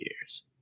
years